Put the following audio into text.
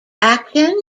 acton